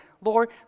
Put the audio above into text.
Lord